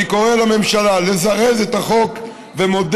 אני קורא לממשלה לזרז את החוק ומודה